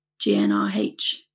GNRH